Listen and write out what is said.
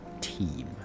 team